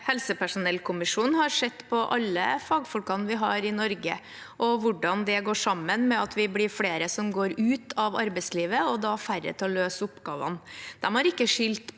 Helsepersonellkommisjonen har sett på alle fagfolkene vi har i Norge, og hvordan det går sammen med at vi blir flere som går ut av arbeidslivet og dermed færre til å løse oppgavene. De har ikke skilt